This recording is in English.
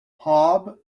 hob